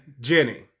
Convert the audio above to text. Jenny